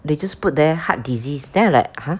they just put there heart disease then I like !huh!